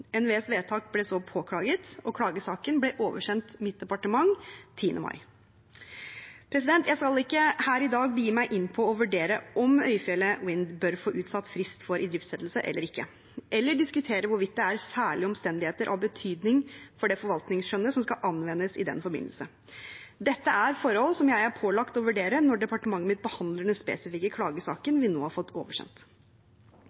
NVEs vedtak ble så påklaget, og klagesaken ble oversendt mitt departement 10. mai. Jeg skal ikke her i dag begi meg inn på å vurdere om Øyfjellet Wind bør få utsatt frist for idriftsettelse eller ikke, eller diskutere hvorvidt det er særlige omstendigheter av betydning for det forvaltningsskjønnet som skal anvendes i den forbindelse. Dette er forhold som jeg er pålagt å vurdere når departementet mitt behandler den spesifikke klagesaken